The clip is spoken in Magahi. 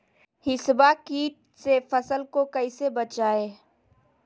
हिसबा किट से फसल को कैसे बचाए?